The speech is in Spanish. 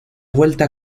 vuelta